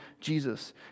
Jesus